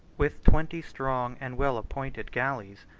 with twenty strong and well-appointed galleys,